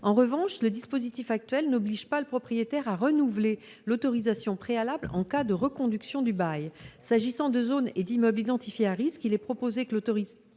En revanche, le dispositif actuel n'oblige pas le propriétaire à renouveler l'autorisation préalable en cas de reconduction du bail. S'agissant de zones et d'immeubles identifiés à risque, il est proposé que l'autorisation